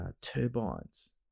turbines